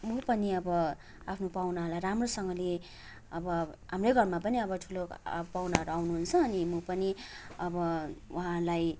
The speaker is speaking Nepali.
हो पनि अब आफ्नो पाहुनाहरूलाई राम्रोसँगले अब हाम्रै घरमा पनि अब ठुलो पाहुनाहरू आउनुहुन्छ अनि म पनि अब उहाँहरूलाई